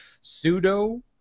pseudo